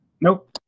Nope